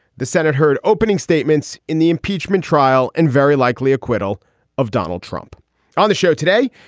the senate heard opening statements in the impeachment trial and very likely acquittal of donald trump on the show today.